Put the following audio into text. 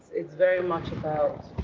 it's very much about